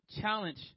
challenge